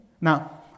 Now